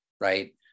right